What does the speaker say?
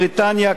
בריטניה,